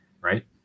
right